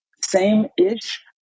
same-ish